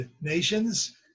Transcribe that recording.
nations